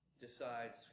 decides